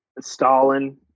Stalin